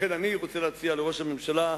לכן אני רוצה להציע לראש הממשלה,